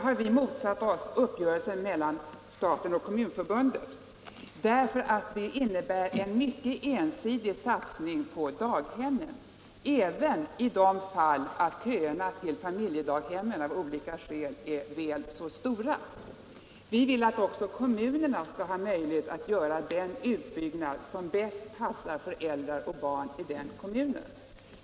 Vi har motsatt oss uppgörelsen mellan staten och Kommunförbundet därför att den innebär en mycket ensidig satsning på daghem, även i de fall då köerna till familjedaghem av olika skäl är stora. Vi vill att kommunen skall ha möjlighet att göra den utbyggnad som bäst passar föräldrar och barn i kommunen.